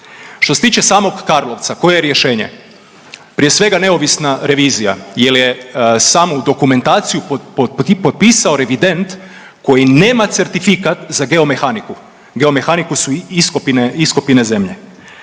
Što se tiče samog Karlovca koje je rješenje? Prije svega neovisna revizija jer je samu dokumentaciju i potpisao revident koji nema certifikat za geomehaniku, geomehaniku su iskopine,